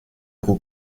roue